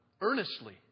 earnestly